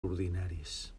ordinaris